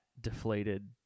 deflated